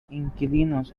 inquilinos